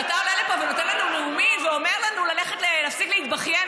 כשאתה עולה לפה ונותן לנו נאומים ואומר לנו: להפסיק להתבכיין,